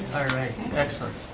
alright, excellent.